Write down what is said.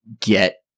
get